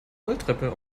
rolltreppe